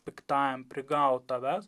piktajam prigaut tavęs